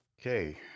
Okay